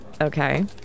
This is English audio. Okay